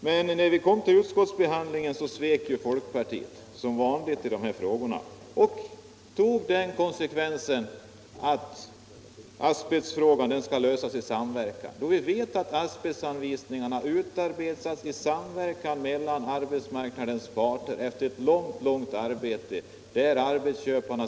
Men när vi kom fram till utskotltsbehandlingen svek folkpartiet som vanligt i dessa frågor och intog den ställningen att asbestfrågan skall lösas i samverkan. Samltidigt vet vi att asbestanvisningarna utformats efter ett långt arbete 1 samverkan mellan arbetsmarknadens parter och sedan kunde godtas av arbetsköparna.